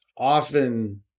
often